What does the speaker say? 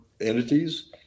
entities